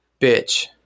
bitch